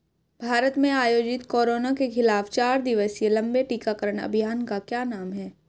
भारत में आयोजित कोरोना के खिलाफ चार दिवसीय लंबे टीकाकरण अभियान का क्या नाम है?